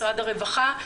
משרד הרווחה,